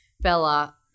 Bella